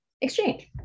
exchange